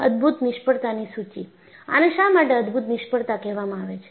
અદ્ભુત નિષ્ફળતા ની સુચિ આને શા માટે અદ્ભુત નિષ્ફળતા કહેવામાં આવે છે